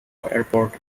airport